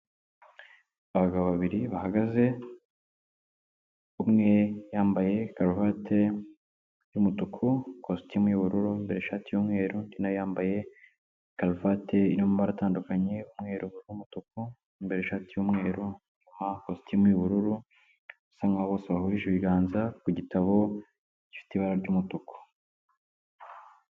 Abagabo babiri bahagaze umwe yambaye karuvati y'umutuku, ikositimu y'ubururu, yambaye ishati y'umweru. Undi na we yambaye karuvati irimo amabara atandukanye: umweru, n'umutuku, yambaye ishati y'umweru, n'amakositimu y'ubururu, basa nkaho bose bahurije ibiganza ku gitabo gifite ibara ry'umutuku.